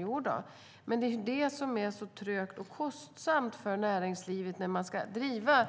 Jodå, men det är ju det som är trögt och kostsamt för näringslivet när man ska driva